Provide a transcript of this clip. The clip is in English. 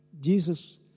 Jesus